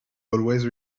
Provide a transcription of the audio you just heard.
always